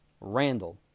Randall